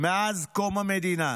מאז קום המדינה,